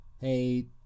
Hey